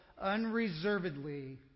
unreservedly